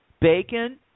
Bacon